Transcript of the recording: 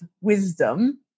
wisdom